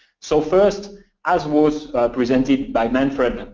so first as was presented by manfred,